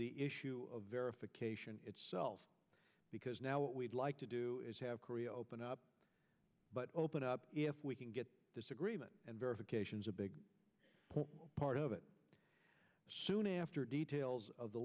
the issue of verification itself because now what we'd like to do is have korea open up but open up if we can get this agreement and verifications a big part of it soon after details of the